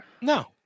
No